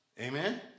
Amen